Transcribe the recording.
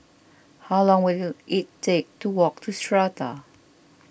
how long will it take to walk to Strata